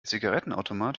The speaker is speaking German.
zigarettenautomat